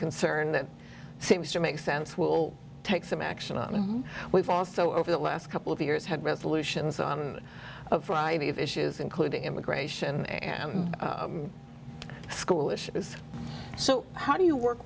concern that seems to make sense will take some action on him we've also over the last couple of years had resolutions on a variety of issues including immigration and school issues so how do you work